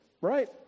right